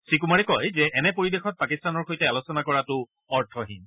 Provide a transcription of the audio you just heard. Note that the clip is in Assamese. শ্ৰীকুমাৰে কয় যে এনে পৰিবেশত পাকিস্তানৰ সৈতে আলোচনা কৰাটো অৰ্থহীন